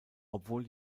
obwohl